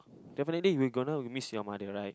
definitely we gonna miss your mother right